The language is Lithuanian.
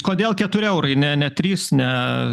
kodėl keturi eurai ne ne trys ne